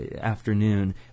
afternoon